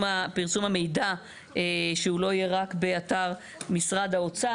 המידע שהוא לא יהיה רק באתר משרד האוצר.